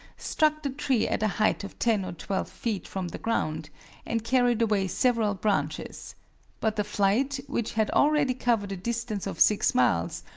struck the tree at a height of ten or twelve feet from the ground and carried away several branches but the flight, which had already covered a distance of six miles,